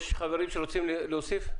יש חברים שרוצים להוסיף?